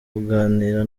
kuganira